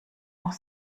noch